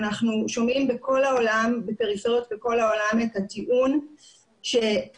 אנחנו שומעים בפריפריות בכל העולם את הטיעון שתעשיה,